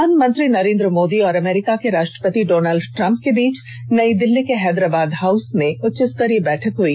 प्रधानमंत्री नरेन्द्र मोदी और अमरीका के राष्ट्रपति डॉनल्ड ट्रम्प के बीच नई दिल्ली के हैदराबाद हाउस में उच्चस्तरीय बैठक हई